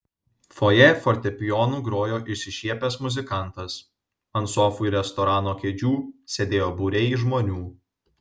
fojė fortepijonu grojo išsišiepęs muzikantas ant sofų ir restorano kėdžių sėdėjo būriai žmonių